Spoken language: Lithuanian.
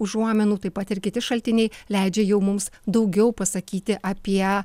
užuominų taip pat ir kiti šaltiniai leidžia jau mums daugiau pasakyti apie